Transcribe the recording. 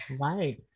Right